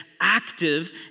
active